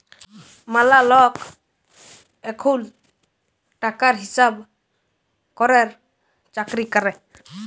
ম্যালা লক এখুল টাকার হিসাব ক্যরের চাকরি ক্যরে